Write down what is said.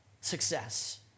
success